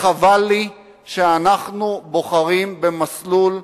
חבל לי שאנחנו בוחרים במסלול כוחני,